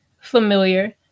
familiar